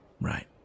Right